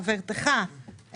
חברתך,